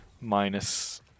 minus